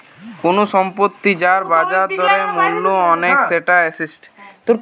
কুনু সম্পত্তি যার বাজার দরে মূল্য অনেক সেটা এসেট